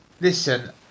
Listen